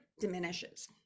diminishes